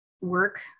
work